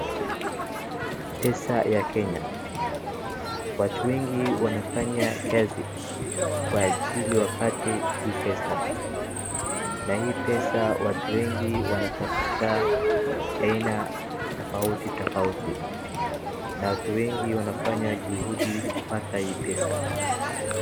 Pesa ya Kenya, watu wengi wanafanya kazi kwa ajili wapate hii pesa. Na hii pesa wtu wengi wanatafuta aina tofautitofauti na watu wengi wanafanya juhudi kupata hii pesa.